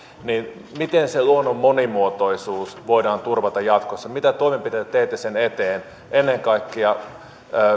niin miten se luonnon monimuotoisuus voidaan turvata jatkossa mitä toimenpiteitä teette sen eteen ennen kaikkea